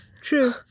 True